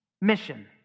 mission